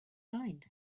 mind